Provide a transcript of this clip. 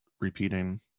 repeating